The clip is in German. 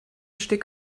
steg